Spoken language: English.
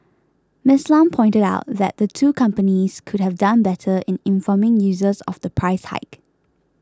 Miss Lam pointed out that the two companies could have done better in informing users of the price hike